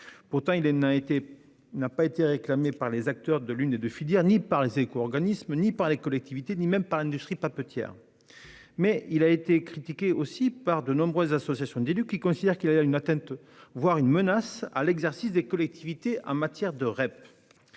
Pourtant, il n'a été réclamé par aucun acteur de l'une des deux filières, ni par les éco-organismes, ni par les collectivités, ni même par l'industrie papetière. Il a aussi été critiqué par de nombreuses associations d'élus qui considèrent qu'il représente une atteinte, voire une menace à la mise en place par les collectivités de la filière REP.